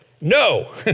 no